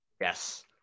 Yes